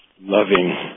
loving